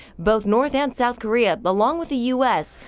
both north and south korea along with the u s.